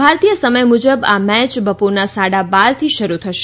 ભારતીય સમય મુજબ આ મેચ બપોરના સાડા બારથી શરૂ થશે